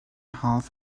half